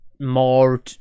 more